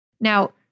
Now